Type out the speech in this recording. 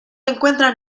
encuentran